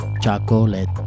chocolate